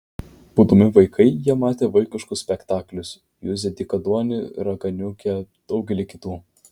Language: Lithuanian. būdami vaikai jie matė vaikiškus spektaklius juzę dykaduonį raganiukę daugelį kitų